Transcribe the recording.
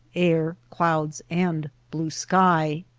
air, clouds, and blue sky.